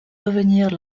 revenir